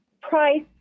Price